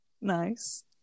Nice